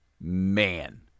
Man